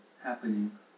happening